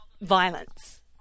violence